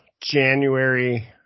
January